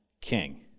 king